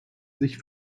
sich